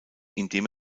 indem